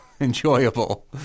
enjoyable